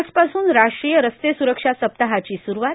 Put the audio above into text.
आजपासून राष्ट्रीय रस्ते सुरक्षा सप्ताहाची सुरूवात